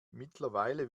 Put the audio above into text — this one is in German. mittlerweile